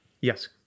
Yes